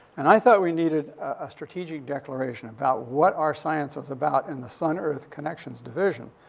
and i thought we needed, ah, a strategic declaration about what our science was about in the sun-earth connections division.